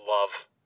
love